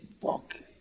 walking